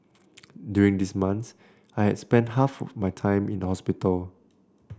during these months I has spent half my time in hospital